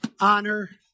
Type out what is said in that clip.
honor